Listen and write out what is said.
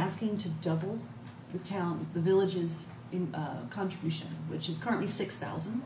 asking to double the town the villages in contribution which is currently six thousand